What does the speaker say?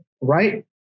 right